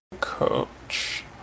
Coach